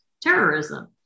terrorism